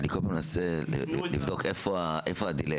את --- אני כל פעם מנסה לבדוק איפה הדיליי.